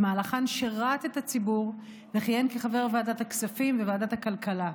ובמהלכן שירת את הציבור וכיהן כחבר ועדת הכספים וועדת הכלכלה.